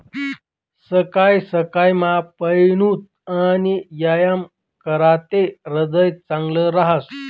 सकाय सकायमा पयनूत आणि यायाम कराते ह्रीदय चांगलं रहास